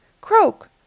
Croak